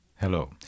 Hello